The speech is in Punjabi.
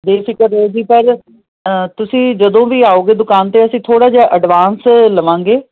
ਬੇਫਿਕਰ ਰਹੋ ਜੀ ਫਿਰ ਤੁਸੀਂ ਜਦੋਂ ਵੀ ਆਓਗੇ ਦੁਕਾਨ ਤੇ ਅਸੀਂ ਥੋੜਾ ਜਿਹਾ ਐਡਵਾਂਸ ਲਵਾਂਗੇ